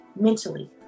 mentally